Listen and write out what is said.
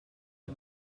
are